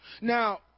Now